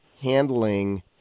handling